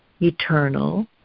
eternal